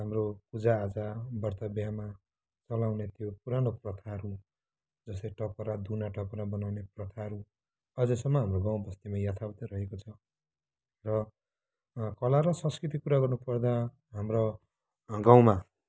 हाम्रो पुजा आजा व्रत बिहेमा चलाउने त्यो पुरानो प्रथाहरू जस्तै टपरा दुना टपरा बनाउने प्रथाहरू अझैसम्म हाम्रो गाउँ बस्तीमा यथावत रहेको छ र कला र संस्कृतिको कुरा गर्नु पर्दा हाम्रो गाउँमा